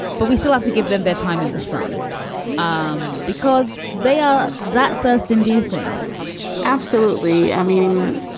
but we still have to give them their time in the sun um because they are that first inducing absolutely. i mean,